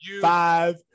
five